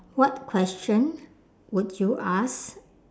what question would you ask